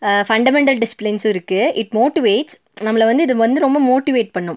fundamental டிஸ்பிளிங்ஸும் இருக்குது it motivates நம்மளை வந்து இது வந்து ரொம்ப மோட்டிவேட் பண்ணும்